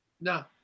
No